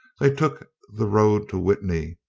they took the road to witney.